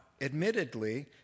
admittedly